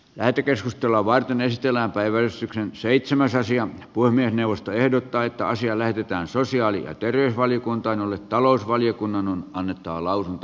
lähetekeskustelua varten esitellä leveys yksi seitsemän sasi ja poimia puhemiesneuvosto ehdottaa että asia lähetetään sosiaali ja terveysvaliokuntaan jolle talousvaliokunnan on annettava lausunto